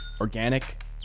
organic